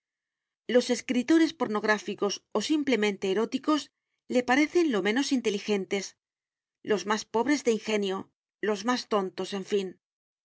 los escritores pornográficos o simplemente eróticos le parecen los menos inteligentes los más pobres de ingenio los más tontos en fin